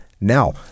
now